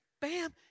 Bam